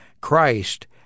Christ